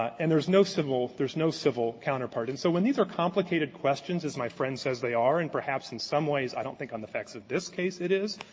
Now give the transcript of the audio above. and there's no civil there's no civil counterpart. and so when these are complicated questions, as my friend says they are, and perhaps in some ways, i don't think on the facts of this case it is,